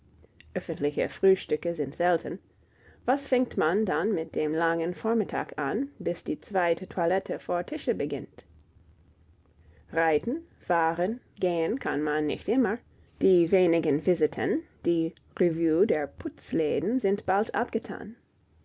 frühstücke sind selten was fängt man dann mit dem langen vormittage an bis die zweite toilette vor tische beginnt reiten fahren gehen kann man nicht immer die wenigen visiten die revue der putzläden sind bald abgetan